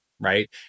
Right